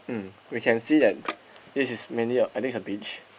mm we can see that this is mainly a I think is a beach